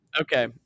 Okay